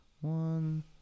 one